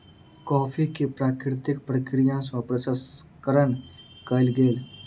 coffee के प्राकृतिक प्रक्रिया सँ प्रसंस्करण कयल गेल